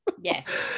Yes